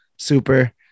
super